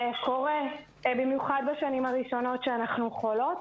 קורה במיוחד בשנים הראשונות שאנחנו חולות.